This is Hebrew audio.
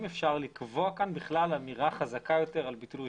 אפשר לקבוע כאן אמירה חזקה יותר על ביטול רישיון.